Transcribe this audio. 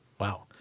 Wow